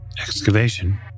Excavation